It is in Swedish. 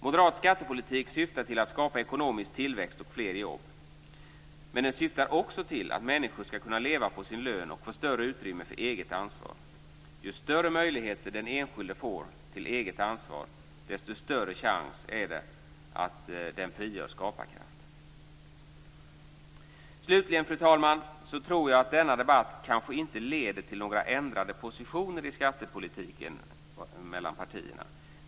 Moderat skattepolitik syftar till att skapa ekonomisk tillväxt och fler jobb, men den syftar också till att människor skall kunna leva på sin lön och få större utrymme för eget ansvar. Ju större möjligheter den enskilde får till eget ansvar desto större chans är det att den skaparkraft som finns frigörs. Slutligen, fru talman, vill jag säga att jag kanske inte tror att denna debatt leder till några ändrade positioner i skattepolitiken mellan partierna.